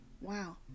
wow